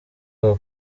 ako